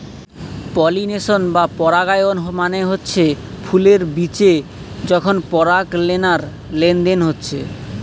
pollination বা পরাগায়ন মানে হচ্ছে ফুলের বিচে যখন পরাগলেনার লেনদেন হচ্ছে